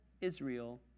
Israel